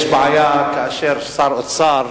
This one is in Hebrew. יש בעיה כאשר שר אוצר